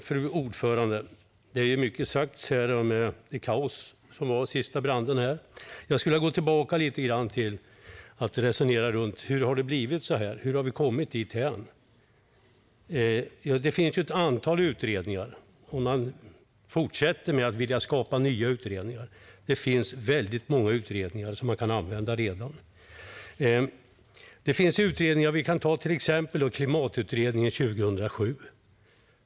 Fru talman! Mycket har sagts här om kaoset i samband med den senaste branden. Jag skulle vilja gå tillbaka lite och resonera runt hur det har blivit så här. Hur har vi kommit dithän? Det finns ett antal utredningar, och man fortsätter att vilja skapa nya utredningar. Det finns redan väldigt många som man kan använda, till exempel klimatutredningen från 2007.